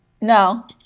No